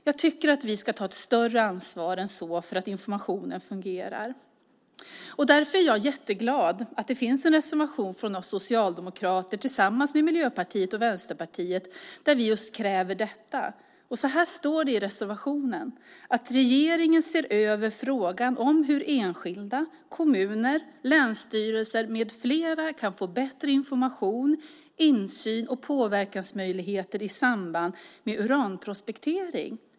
Jag tycker att vi ska ta ett större ansvar än så för att informationen fungerar. Därför är jag jätteglad att det finns en reservation från oss socialdemokrater tillsammans med Miljöpartiet och Vänsterpartiet där vi kräver just detta. Så här står det i reservationen: "Det finns anledning att se över frågan om hur enskilda, kommuner, länsstyrelser m.fl. kan få bättre information, insyn och påverkansmöjligheter i samband med uranprospektering."